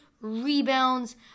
rebounds